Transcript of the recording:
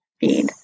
feed